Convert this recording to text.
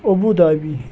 Abu Dhabi